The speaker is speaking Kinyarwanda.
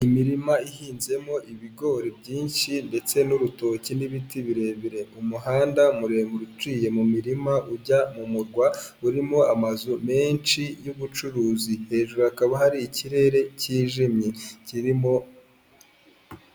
Imirima ihinzemo ibigori byinshi ndetse n'urutoki n'ibiti birebire umuhanda muremure utuye mu mirima ujya mu murwa urimo amazu menshi y'ubucuruzi hejuru hakaba hari ikirere kijimye kirimo.